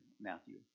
Matthew